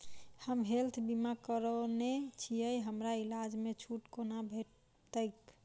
हम हेल्थ बीमा करौने छीयै हमरा इलाज मे छुट कोना भेटतैक?